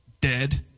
dead